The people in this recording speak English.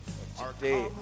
Today